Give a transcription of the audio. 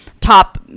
top